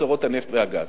מאוצרות הנפט והגז.